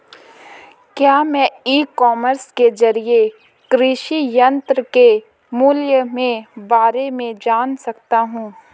क्या मैं e commerce के ज़रिए कृषि यंत्र के मूल्य में बारे में जान सकता हूँ?